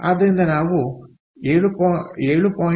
ಆದ್ದರಿಂದ ನಾವು 7